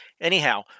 Anyhow